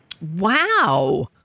wow